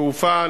תעופה,